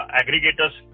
aggregators